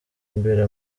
imbere